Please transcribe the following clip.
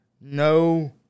no